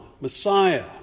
Messiah